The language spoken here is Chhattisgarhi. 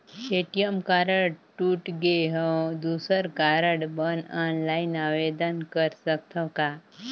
ए.टी.एम कारड टूट गे हववं दुसर कारड बर ऑनलाइन आवेदन कर सकथव का?